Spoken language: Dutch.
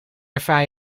ervaar